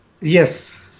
Yes